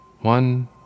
One